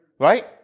Right